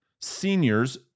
seniors